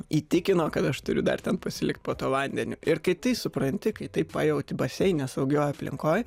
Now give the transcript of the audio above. įtikino kad aš turiu dar ten pasilikt po tuo vandeniu ir kai tai supranti kai tai pajauti baseine saugioj aplinkoj